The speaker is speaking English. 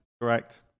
Correct